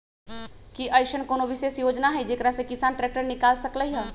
कि अईसन कोनो विशेष योजना हई जेकरा से किसान ट्रैक्टर निकाल सकलई ह?